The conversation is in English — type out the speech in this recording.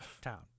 town